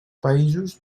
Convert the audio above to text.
països